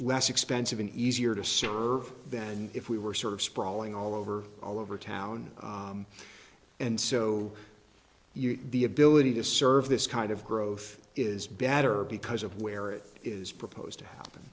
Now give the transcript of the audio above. less expensive an easier to serve then if we were sort of sprawling all over all over town and so the ability to serve this kind of growth is better because of where it is proposed to happen